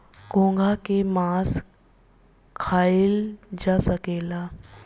घोंघा के मास खाइल जा सकेला